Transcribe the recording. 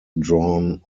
drawn